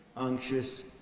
anxious